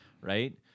right